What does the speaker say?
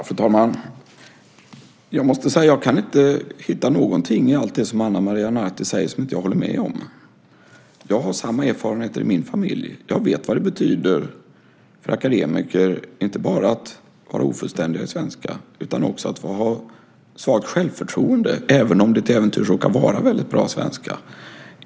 Fru talman! Jag måste säga att jag inte kan hitta någonting i det Ana Maria Narti säger som jag inte håller med om. Jag har samma erfarenheter i min familj. Jag vet vad det betyder för akademiker inte bara att vara ofullständiga i svenska utan också att ha svagt självförtroende även om ens svenska till äventyrs råkar vara väldigt bra.